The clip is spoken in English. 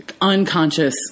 unconscious